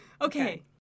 Okay